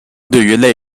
对于